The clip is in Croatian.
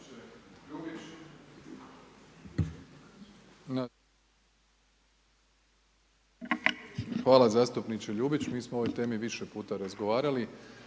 Hvala zastupniče Ljubić. Mi smo o ovoj temi više puta razgovarali